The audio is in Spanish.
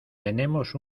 tenemos